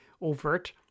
overt